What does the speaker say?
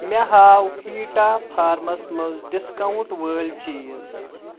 مےٚ ہاو ہیٖٹا فارمس مَنٛز ڈسکاونٛٹ وٲلۍ چیٖز